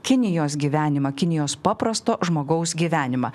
kinijos gyvenimą kinijos paprasto žmogaus gyvenimą